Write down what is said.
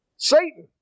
Satan